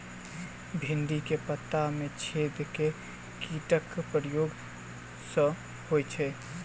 भिन्डी केँ पत्ता मे छेद केँ कीटक प्रकोप सऽ होइ छै?